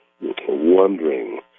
wondering